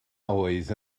oedd